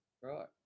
Right